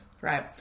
right